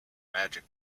magic